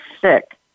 sick